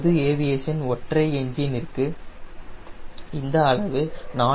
பொது ஏவியேஷன் ஒற்றை எஞ்சின் ற்கு இந்த அளவு 4